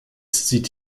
sieht